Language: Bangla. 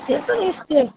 সে তো নিশ্চয়ই